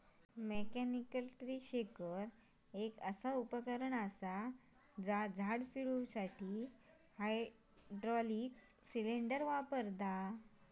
mechanical tree shaker एक असा उपकरण असा जा झाड पिळुसाठी हायड्रॉलिक सिलेंडर वापरता